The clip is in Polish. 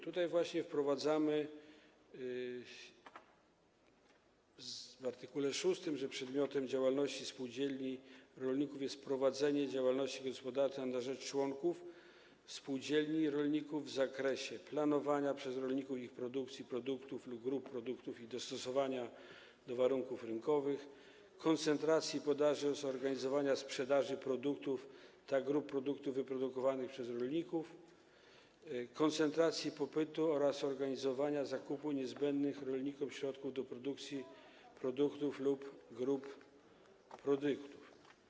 Tutaj właśnie wprowadzamy w art. 6, że przedmiotem działalności spółdzielni rolników jest prowadzenie działalności gospodarczej na rzecz członków spółdzielni rolników w zakresie planowania przez rolników ich produkcji produktów lub grup produktów i dostosowywania jej do warunków rynkowych, koncentracji podaży oraz organizowania sprzedaży produktów lub grup produktów wyprodukowanych przez rolników, koncentracji popytu oraz organizowania zakupu niezbędnych rolnikom środków do produkcji produktów lub grup produktów.